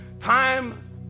Time